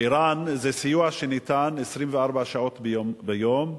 בער"ן ניתן סיוע 24 שעות ביממה,